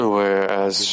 Whereas